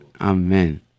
amen